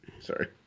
Sorry